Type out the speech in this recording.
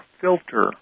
filter